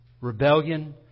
Rebellion